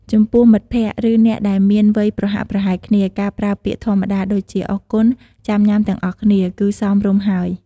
ចំពោះមិត្តភក្តិ ឬអ្នកដែលមានវ័យប្រហាក់ប្រហែលគ្នា ការប្រើពាក្យធម្មតាដូចជា "អរគុណ ចាំញ៉ាំទាំងអស់គ្នា" គឺសមរម្យហើយ។